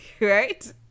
right